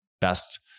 best